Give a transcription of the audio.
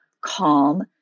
calm